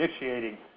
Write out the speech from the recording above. initiating